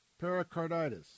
pericarditis